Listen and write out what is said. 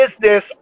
business